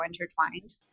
intertwined